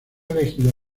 elegido